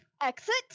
exit